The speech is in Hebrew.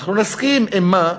אנחנו נסכים, אם מה?